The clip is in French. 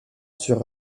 sur